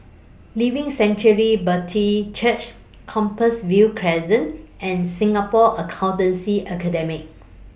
Living Sanctuary Brethren Church Compassvale Crescent and Singapore Accountancy Academy